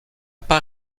pas